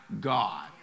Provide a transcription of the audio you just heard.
God